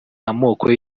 amoko